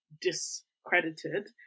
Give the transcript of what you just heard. discredited